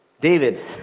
David